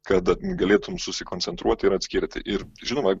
kad galėtum susikoncentruot ir atskirti ir žinoma